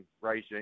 regime